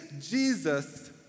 Jesus